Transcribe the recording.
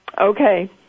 Okay